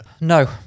No